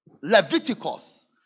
Leviticus